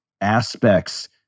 aspects